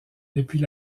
depuis